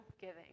giving